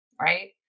right